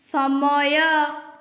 ସମୟ